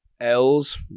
L's